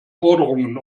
forderungen